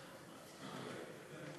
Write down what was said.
אני מתנצל שאני